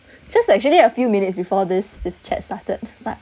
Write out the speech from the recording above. just actually a few minutes before this this chat started